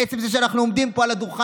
עצם זה שאנחנו עומדים פה על הדוכן